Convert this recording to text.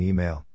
Email